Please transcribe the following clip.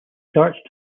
starts